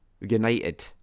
United